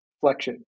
flexion